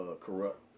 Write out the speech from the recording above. Corrupt